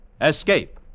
Escape